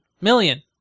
million